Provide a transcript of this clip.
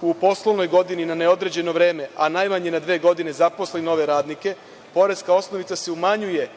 u poslovnoj godini na neodređeno vreme, a najmanje na dve godine zaposli nove radnike, poreska osnovica se umanjuje